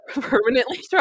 permanently